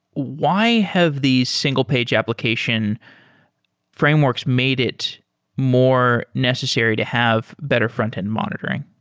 why have these single-paged application frameworks made it more necessary to have better frontend monitoring?